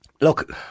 look